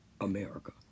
America